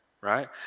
right